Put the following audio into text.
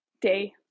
day